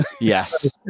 Yes